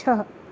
छह